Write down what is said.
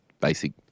basic